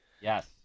Yes